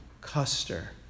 Custer